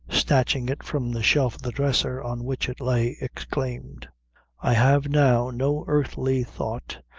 snatching it from the shelf of the dresser, on which it lay, exclaimed i have now no earthly thought,